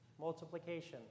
Multiplication